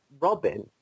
robin